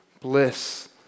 bliss